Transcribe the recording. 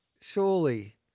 Surely